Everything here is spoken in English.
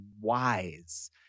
wise